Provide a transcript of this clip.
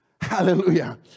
Hallelujah